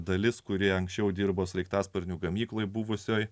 dalis kuri anksčiau dirbo sraigtasparnių gamykloje buvusioje